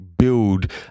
build